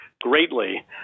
greatly